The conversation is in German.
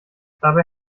dabei